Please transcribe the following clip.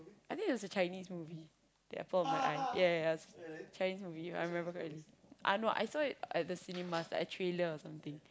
I think it was a Chinese movie the apple of my eye ya ya ya Chinese movie I remember correctly uh no I saw it at the cinemas like a trailer or something